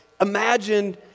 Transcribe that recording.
Imagine